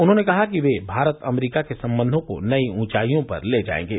उन्होंने कहा कि ये भारत अमरीका के संबंधों को नई ऊंचाइयो पर ले जायेंगे